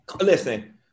Listen